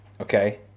okay